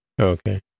okay